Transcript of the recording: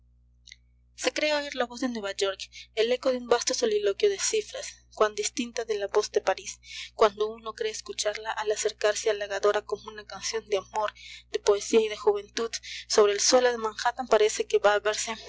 se cree oír la voz de nueva york el eco de un vasto soliloquio de cifras cuán distinta de la voz de parís cuando uno cree escucharla al acercarse halagadora como una canción de amor de poesía y de juventud sobre el suelo de manhattan parece que va a verse